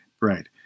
right